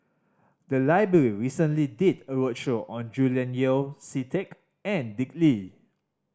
the library recently did a roadshow on Julian Yeo See Teck and Dick Lee